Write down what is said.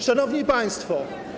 Szanowni Państwo!